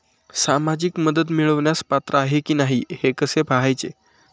सामाजिक मदत मिळवण्यास पात्र आहे की नाही हे कसे पाहायचे?